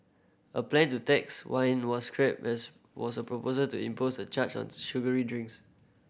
a plan to tax wine was scrapped as was a proposal to impose a charge on sugary drinks